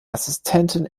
assistentin